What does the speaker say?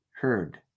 heard